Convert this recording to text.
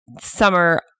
summer